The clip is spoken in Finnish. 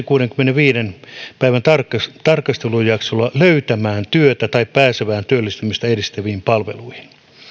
kuudenkymmenenviiden päivän tarkastelujaksolla löytämään työtä tai pääsemään työllistymistä edistäviin palveluihin